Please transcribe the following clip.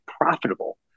profitable